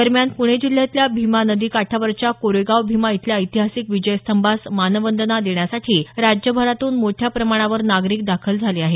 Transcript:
दरम्यान पुणे जिल्ह्यातल्या भीमा नदी काठावरच्या कोरेगाव भीमा इथल्या ऐतिहासिक विजयस्तंभास मानवंदना देण्यासाठी राज्यभरातून मोठ्या प्रमाणावर नागरिक दाखल झाले आहेत